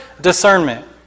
discernment